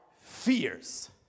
fears